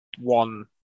one